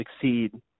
succeed